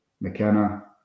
McKenna